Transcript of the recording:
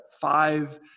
five